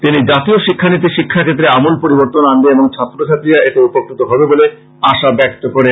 তিনি জাতীয় শিক্ষা নীতি শিক্ষা ক্ষেত্রে আমূল পরিবর্তন আনবে এবং ছাত্র ছাত্রীরা এতে উপকৃত হবে বলে আশা ব্যক্ত করেন